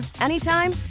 anytime